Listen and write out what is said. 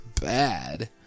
Bad